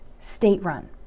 State-run